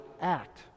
act